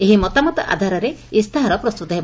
ଏହି ମତାମତ ଆଧାରରେ ଇସ୍ତାହାର ପ୍ରସ୍ତୁତ ହେବ